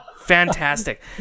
Fantastic